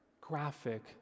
graphic